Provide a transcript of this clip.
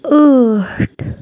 ٲٹھ